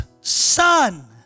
son